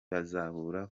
bazahura